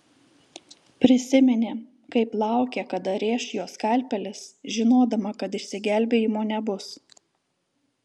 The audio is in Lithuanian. prisiminė kaip laukė kada rėš jo skalpelis žinodama kad išsigelbėjimo nebus